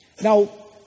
Now